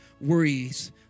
worries